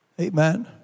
Amen